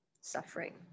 suffering